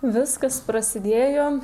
viskas prasidėjo